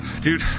Dude